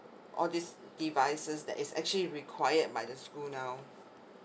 all these devices that is actually required by the school now